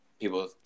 people